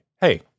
Hey